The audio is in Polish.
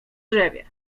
drzewie